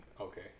Okay